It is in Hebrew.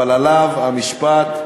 אבל עליו המשפט: